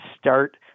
start